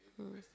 mm